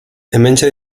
hementxe